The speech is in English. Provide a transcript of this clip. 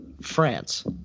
France